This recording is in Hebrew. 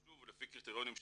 שוב, לפי קריטריונים שנקבעו,